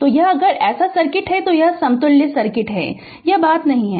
तो यह अगर ऐसा है तो यह समतुल्य सर्किट है यह बात नहीं होगी